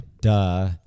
Duh